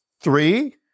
Three